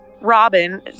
Robin